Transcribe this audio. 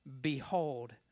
Behold